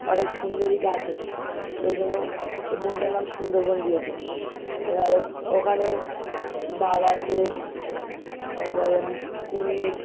অনেক সুন্দরী গাছ আছে ওই জন্য ওই বনটার নাম সুন্দরবন দিয়েছে এবারে ওখানে বাঘ আছে তার পরে কুমির